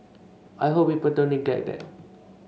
I hope people don't neglect that